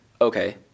Okay